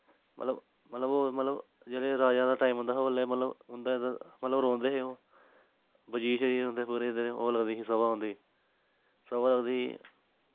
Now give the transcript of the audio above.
मतलव ओह् मतलव जेह्ले राजा दा टैम आंदा हा ओह्ले मतलव उंदे ओह् मतलव रौंह्दे हे ओह् बजीर छजीर पूरे उंदे ओह् लगदी ही सभा उंदी सभा ओह्दी